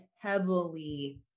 heavily